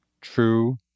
true